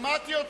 שמעתי אתכם.